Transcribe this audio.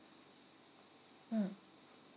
mm